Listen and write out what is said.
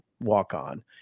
walk-on